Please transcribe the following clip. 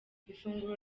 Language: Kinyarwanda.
ifunguro